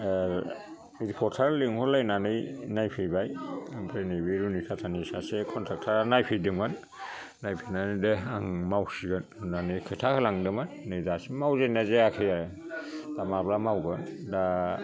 reporter लिंहरलायनानै नायफैबाय ओमफ्राय नैबे रुनिकातानि सासे कनट्राकटार आ नायफैदोंमोन नायफैनानै दे आं मावसिगोन होननानै खोथा होलांदोंमोन नै दासिमआव जोंना जायाखै आरो दा माब्ला मावगोन दा